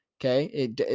Okay